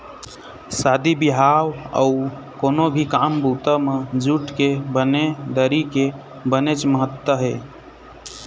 शादी बिहाव अउ कोनो भी काम बूता म जूट के बने दरी के बनेच महत्ता हे